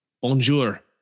Bonjour